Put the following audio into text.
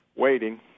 waiting